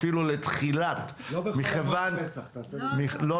אפילו לתחילת --- לא בחול המועד פסח,